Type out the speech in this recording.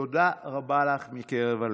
תודה רבה לך מקרב לב.